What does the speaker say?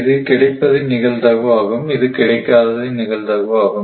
இது கிடைப்பதின் நிகழ்தகவு ஆகும் இது கிடைக்காததின் நிகழ்தகவு ஆகும்